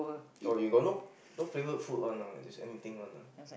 oh you got no no favourite food [one] ah just anything one ah